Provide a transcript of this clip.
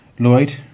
Lloyd